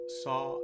saw